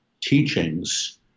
teachings